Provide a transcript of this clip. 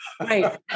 Right